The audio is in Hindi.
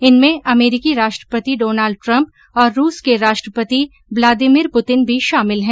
इनमें अमरीकी राष्ट्रपति डॉनल्ड ट्रंप और रूस के राष्ट्रपति व्लादिमिर पुतिन भी शामिल हैं